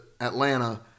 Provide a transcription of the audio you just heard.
Atlanta